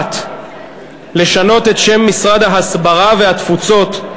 1. לשנות את שם משרד ההסברה והתפוצות,